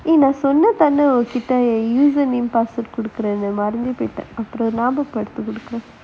eh நான் சொன்னப்பா உன்கிட்ட என்:naan sonnappa unkitta en Twitter username password குடுக்குறேன்னு மறந்தே போயிட்டே:kudukkuraennu maranthae poittae